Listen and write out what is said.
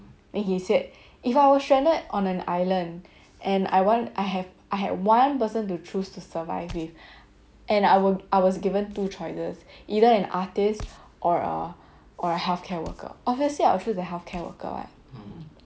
then he said if I was stranded on an island and I want I have I had one person to choose to survive with and I was I was given two choices either an artist or a or a healthcare worker obviously I will choose the healthcare worker what